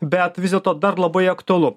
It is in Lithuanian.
bet vis dėlto dar labai aktualu